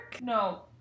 No